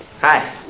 Hi